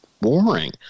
boring